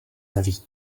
neví